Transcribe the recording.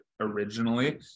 originally